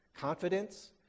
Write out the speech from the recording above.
confidence